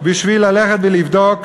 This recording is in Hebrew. בשביל ללכת ולבדוק.